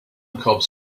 cobs